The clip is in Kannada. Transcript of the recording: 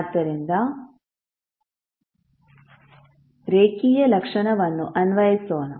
ಆದ್ದರಿಂದ ರೇಖೀಯ ಲಕ್ಷಣವನ್ನು ಅನ್ವಯಿಸೋಣ